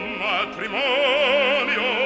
matrimonio